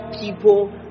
people